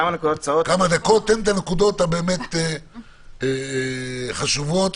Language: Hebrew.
תן את הנקודות החשובות,